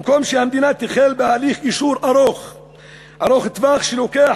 במקום שהמדינה תחל בהליך גישור ארוך-טווח שלוקח